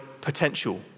potential